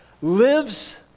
lives